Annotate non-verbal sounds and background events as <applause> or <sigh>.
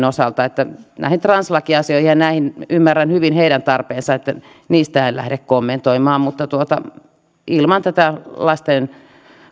<unintelligible> osalta näihin translakiasioihin ja näihin ymmärrän hyvin heidän tarpeensa en lähde kommentoimaan mutta ilman tätä